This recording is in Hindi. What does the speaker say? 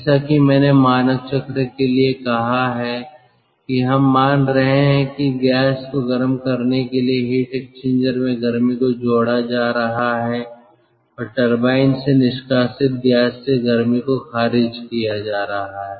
जैसा कि मैंने मानक चक्र के लिए कहा है कि हम मान रहे हैं कि गैस को गर्म करने के लिए हीट एक्सचेंजर में गर्मी को जोड़ा जा रहा है और टरबाइन से निष्कासित गैस से गर्मी को खारिज किया जा रहा है